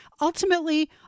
Ultimately